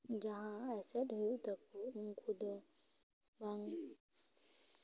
ᱡᱟᱦᱟᱸ ᱮᱥᱮᱫ ᱦᱩᱭᱩᱜ ᱛᱟᱠᱚ ᱩᱱᱠᱩ ᱫᱚ ᱵᱟᱝ